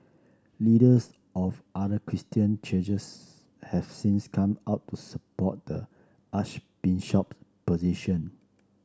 leaders of other Christian churches have since come out to support the Archbishop's position